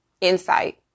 insight